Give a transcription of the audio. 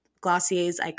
Glossier's